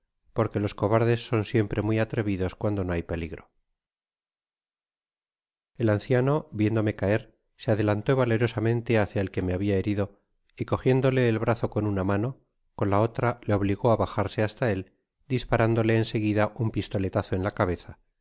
porque los cobardes son siempre muy atrevidos cuando no hay peligro el anciano viéndome caer se adelantó valerosamente hácia el que me habia herido y cogiendole el brazo con una mano con la tra le obligó k bajarse hasta él disparándole en seguida un pistoletazo en la cabeza